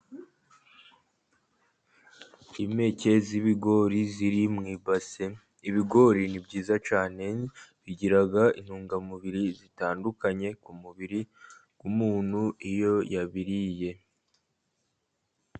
Impeke z'ibigori ziri mu ibase. Ibigori ni byiza cyane, bigira intungamubiri zitandukanye ku mubiri w'umuntu iyo yabiriye.